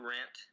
Rent